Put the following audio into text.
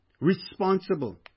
responsible